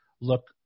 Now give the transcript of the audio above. look